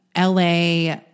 LA